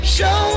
Show